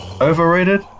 Overrated